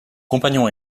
compagnon